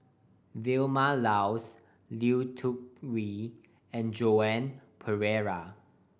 Vilma Laus Lui Tuck Yew and Joan Pereira